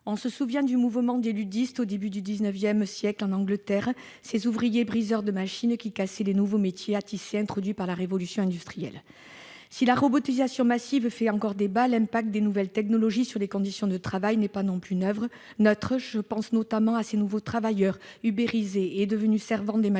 On se souvient du mouvement des luddites, au début du XIX siècle en Angleterre, ces ouvriers « briseurs de machines » qui cassaient les nouveaux métiers à tisser introduits par la révolution industrielle. Si la robotisation massive fait encore débat, l'effet des nouvelles technologies sur les conditions de travail n'est pas neutre. Je pense notamment à ces nouveaux travailleurs « ubérisés », devenus « servants » des machines